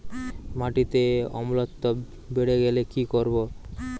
মাটিতে অম্লত্ব বেড়েগেলে কি করব?